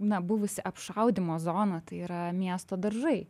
na buvusi apšaudymo zona tai yra miesto daržai